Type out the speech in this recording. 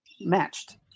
matched